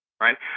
right